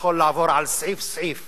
לעבור סעיף-סעיף